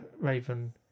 Raven